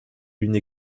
une